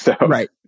Right